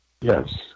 Yes